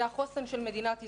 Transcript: זה החוסן של מדינת ישראל.